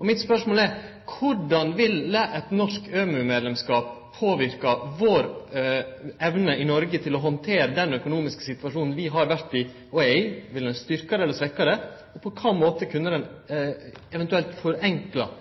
og mitt spørsmål er: Korleis ville norsk ØMU-medlemskap påverke vår evne i Noreg til å handtere den økonomiske situasjonen vi har vore i, og er i? Ville det styrkje eller svekkje den? På kva måte kunne det eventuelt